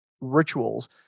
rituals